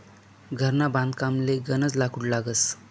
घरना बांधकामले गनज लाकूड लागस